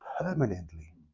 permanently